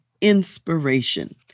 inspiration